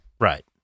Right